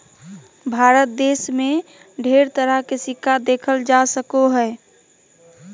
भारत देश मे ढेर तरह के सिक्का देखल जा सको हय